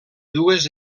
dues